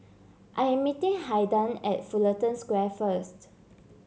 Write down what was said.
I am meeting Haiden at Fullerton Square first